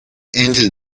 entered